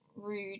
rude